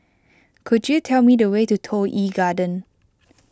could you tell me the way to Toh Yi Garden